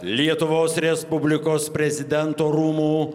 lietuvos respublikos prezidento rūmų